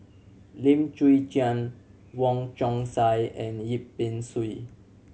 Lim Chwee Chian Wong Chong Sai and Yip Pin Xiu